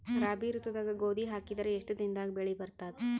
ರಾಬಿ ಋತುದಾಗ ಗೋಧಿ ಹಾಕಿದರ ಎಷ್ಟ ದಿನದಾಗ ಬೆಳಿ ಬರತದ?